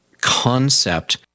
concept